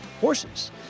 horses